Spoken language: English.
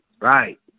right